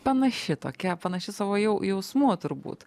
panaši tokia panaši savo jau jausmu turbūt